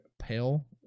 pale